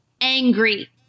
Angry